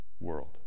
world